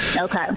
Okay